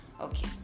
Okay